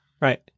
Right